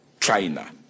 China